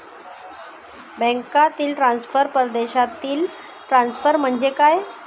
बँकांतील ट्रान्सफर, परदेशातील ट्रान्सफर म्हणजे काय?